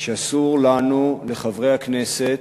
שאסור לנו, לחברי הכנסת,